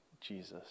Jesus